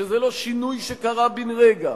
שזה לא שינוי שקרה בן רגע.